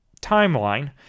timeline